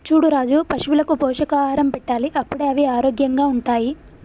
చూడు రాజు పశువులకు పోషకాహారం పెట్టాలి అప్పుడే అవి ఆరోగ్యంగా ఉంటాయి